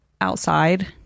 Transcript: outside